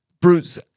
Bruce